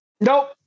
Nope